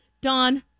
don